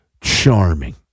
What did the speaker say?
charming